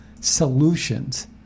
solutions